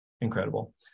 incredible